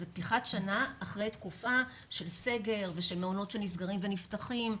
זו פתיחת שנה אחרי תקופה של סגר ושל מעונות שנסגרים ונפתחים,